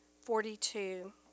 forty-two